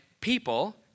people